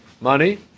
money